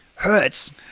Hurts